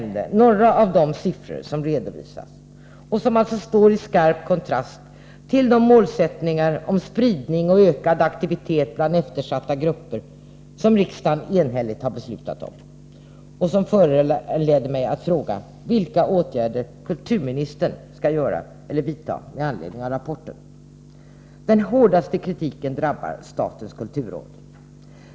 Några av de siffror som redovisats står i skarp kontrast till de målsättningar i fråga om spridning och ökad aktivitet bland eftersatta grupper som riksdagen enhälligt beslutat om. Det har föranlett mig att fråga kulturministern vilka åtgärder han skall vidta med anledning av rapporten. Den hårdaste kritiken drabbar statens kulturråd.